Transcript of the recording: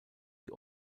die